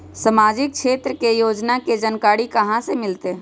सामाजिक क्षेत्र के योजना के जानकारी कहाँ से मिलतै?